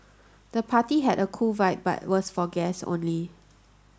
the party had a cool vibe but was for guests only